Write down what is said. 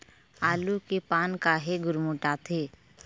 आलू के पान काहे गुरमुटाथे?